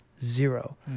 Zero